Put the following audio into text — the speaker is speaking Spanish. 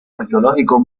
arqueológico